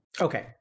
Okay